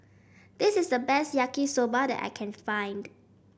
this is the best Yaki Soba that I can find